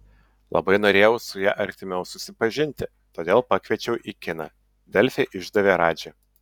labai norėjau su ja artimiau susipažinti todėl pakviečiau į kiną delfi išdavė radži